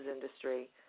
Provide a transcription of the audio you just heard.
industry